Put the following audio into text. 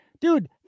Dude